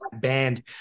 band